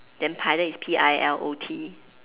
then pilot is P I L O T